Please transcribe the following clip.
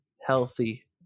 healthy